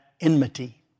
enmity